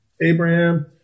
Abraham